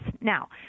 Now